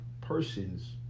persons